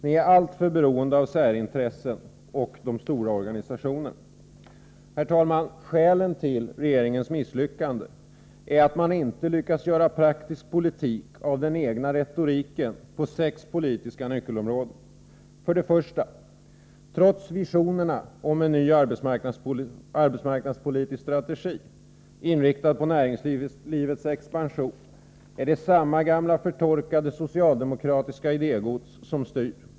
Ni är alltför beroende av särintressen och de stora organisationerna. Herr talman! Skälen till regeringens misslyckande är att man inte lyckats göra praktisk politik av den egna retoriken på sex politiska nyckelområden. 1. Trots visionen om en ny arbetsmarknadspolitisk strategi, inriktad på näringslivets expansion, är det samma gamla förtorkade socialdemokratiska idégods som styr.